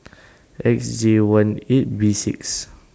X J one eight B six